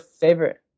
favorite